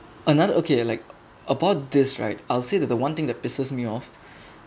another okay like about this right I'll say that the one thing that pisses me off